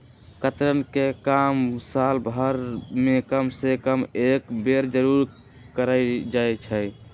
कतरन के काम साल भर में कम से कम एक बेर जरूर कयल जाई छै